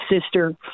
sister